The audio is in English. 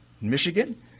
michigan